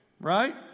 Right